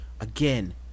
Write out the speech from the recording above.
again